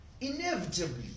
inevitably